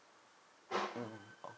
mm